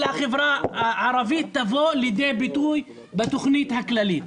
של החברה הערבית, תבוא לידי ביטוי בתוכנית הכללית.